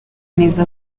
neza